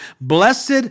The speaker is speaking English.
blessed